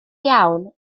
iawn